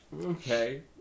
Okay